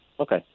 Okay